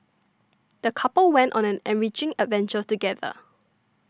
the couple went on an enriching adventure together